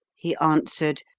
he answered,